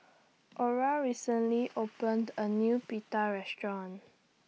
Ora recently opened A New Pita Restaurant